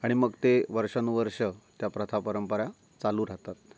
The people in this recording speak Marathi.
आणि मग ते वर्षानुवर्ष त्या प्रथा परंपरा चालू राहतात